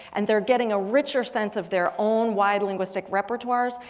and their getting a richer sense of their own wide linguistic repertoires.